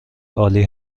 عالی